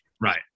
right